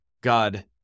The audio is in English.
God